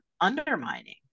undermining